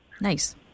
Nice